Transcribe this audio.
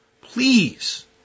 Please